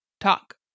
Talk